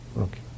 Okay